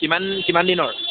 কিমান কিমান দিনৰ